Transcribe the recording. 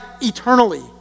eternally